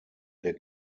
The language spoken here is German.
der